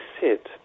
sit